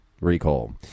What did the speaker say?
Recall